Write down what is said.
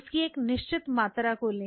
उसकी एक निश्चित मात्रा को लें